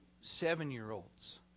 seven-year-olds